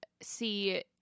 see